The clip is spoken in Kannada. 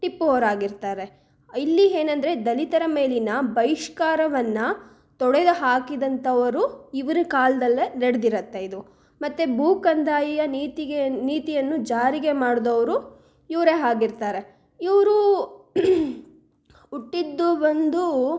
ಟಿಪ್ಪು ಅವ್ರು ಆಗಿರ್ತಾರೆ ಇಲ್ಲಿ ಏನಂದ್ರೆ ದಲಿತರ ಮೇಲಿನ ಬಹಿಷ್ಕಾರವನ್ನು ತೊಡೆದು ಹಾಕಿದಂತವರು ಇವರ ಕಾಲದಲ್ಲೇ ನಡೆದಿರುತ್ತೆ ಇದು ಮತ್ತು ಭೂ ಕಂದಾಯ ನೀತಿಗೆ ನೀತಿಯನ್ನು ಜಾರಿಗೆ ಮಾಡಿದವ್ರು ಇವರೇ ಆಗಿರ್ತಾರೆ ಇವರು ಹುಟ್ಟಿದ್ದು ಬಂದು